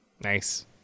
Nice